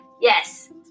yes